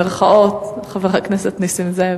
חבר הכנסת נסים זאב.